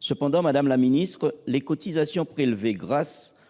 Toutefois, madame la ministre, les cotisations prélevées grâce